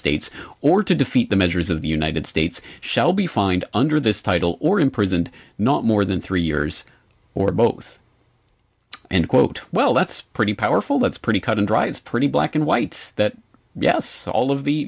states or to defeat the measures of the united states shall be fined under this title or imprisoned not more than three years or both and quote well that's pretty powerful that's pretty cut and dry it's pretty black and white that yes all of the